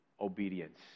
obedience